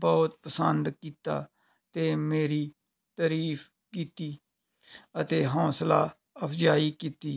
ਬਹੁਤ ਪਸੰਦ ਕੀਤਾ ਅਤੇ ਮੇਰੀ ਤਾਰੀਫ ਕੀਤੀ ਅਤੇ ਹੌਸਲਾ ਅਫਜ਼ਾਈ ਕੀਤੀ